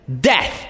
Death